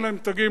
אין להם תגים.